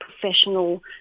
professional